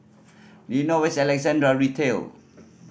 do you know where is Alexandra Retail